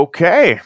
Okay